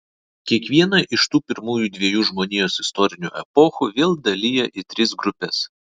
kiekvieną iš tų pirmųjų dviejų žmonijos istorinių epochų vėl dalija į tris grupes